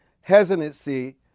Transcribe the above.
hesitancy